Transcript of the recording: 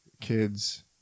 kids